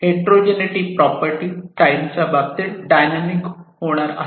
heterogeneity property टाईमच्या बाबतीत dynamic होणार आहे